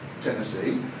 Tennessee